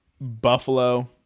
Buffalo